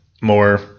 more